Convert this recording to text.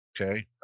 Okay